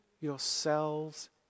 yourselves